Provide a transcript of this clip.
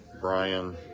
Brian